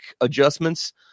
adjustments